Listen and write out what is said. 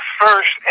first